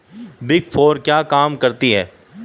Big four क्या काम करती है?